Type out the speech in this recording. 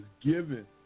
given